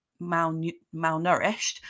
malnourished